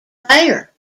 rare